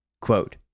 Quote